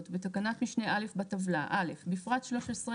- בתקנת משנה (א) בטבלה - בפרט (13),